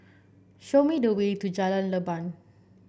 show me the way to Jalan Leban